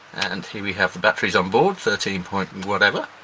and here we have the batteries on board thirteen point and whatever